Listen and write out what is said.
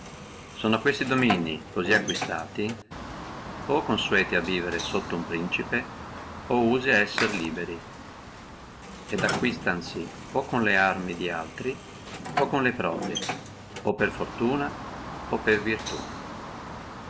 sono questi dominii cosí acquistati o consueti a vivere sotto uno principe o usi ad essere liberi et acquistonsi o con le armi daltri o con le proprie o per fortuna o per virtù